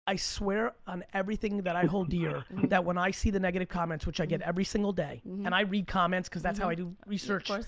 i swear on everything i hold dear, that when i see the negative comments, which i get every single day, and i read comments cause that's how i do research. of